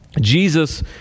Jesus